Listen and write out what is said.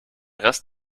rest